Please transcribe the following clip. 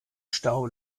stau